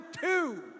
two